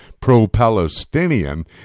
pro-Palestinian